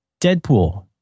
Deadpool